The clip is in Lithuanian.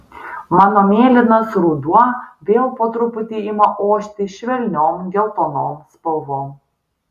mano mėlynas ruduo vėl po truputį ima ošti švelniom geltonom spalvom